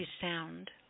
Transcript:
sound